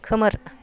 खोमोर